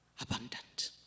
abundant